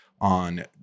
on